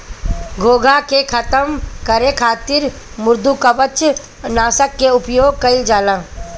घोंघा के खतम करे खातिर मृदुकवच नाशक के उपयोग कइल जाला